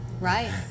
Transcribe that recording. right